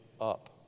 up